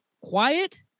quiet